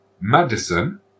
Madison